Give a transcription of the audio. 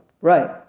Right